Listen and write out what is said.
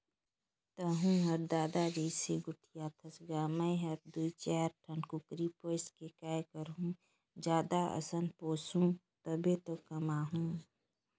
तहूँ हर ददा जइसे गोठियाथस गा मैं हर दू चायर ठन कुकरी पोयस के काय करहूँ जादा असन पोयसहूं तभे तो कमाहूं